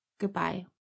Goodbye